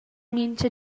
mintga